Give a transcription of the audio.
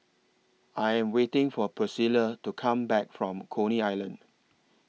I Am waiting For Pricilla to Come Back from Coney Island